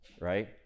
right